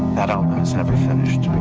that album was never finished